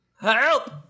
help